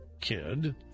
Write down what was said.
kid